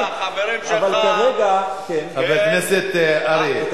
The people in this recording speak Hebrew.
אתה והחברים שלך, חבר הכנסת אריה.